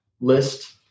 list